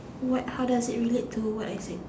what how does it relate to what I said